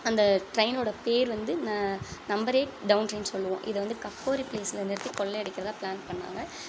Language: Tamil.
அந்த ட்ரெயினோட பேர் வந்து ந நம்பர் எயிட் டவுன் ட்ரெயின் சொல்லுவோம் இதை வந்து கக்கோரி பிளேஸ்ல நிறுத்தி கொள்ளை அடிக்கிறதாக ப்ளான் பண்ணாங்கள்